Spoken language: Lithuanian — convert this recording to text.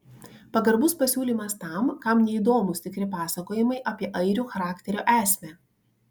pagarbus pasiūlymas tam kam neįdomūs tikri pasakojimai apie airių charakterio esmę